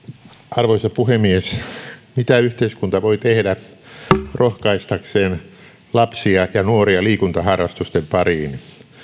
arvoisa puhemies mitä yhteiskunta voi tehdä rohkaistakseen lapsia ja nuoria liikuntaharrastusten pariin